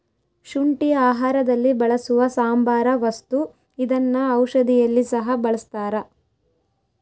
ಶುಂಠಿ ಆಹಾರದಲ್ಲಿ ಬಳಸುವ ಸಾಂಬಾರ ವಸ್ತು ಇದನ್ನ ಔಷಧಿಯಲ್ಲಿ ಸಹ ಬಳಸ್ತಾರ